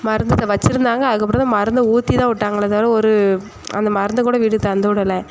மருந்து வெச்சுருந்தாங்க அதுக்கப்புறம் தான் மருந்தை ஊற்றி தான் விட்டாங்களே தவிர ஒரு அந்த மருந்தை கூட வீட்டுக்கு தந்து விடல